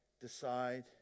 decide